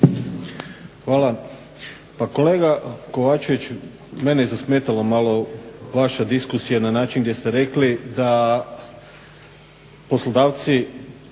Hvala. Pa kolega Kovačević, meni je zasmetalo malo vaša diskusija na način gdje ste rekli da poslodavci